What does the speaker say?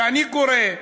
כשאני קורא: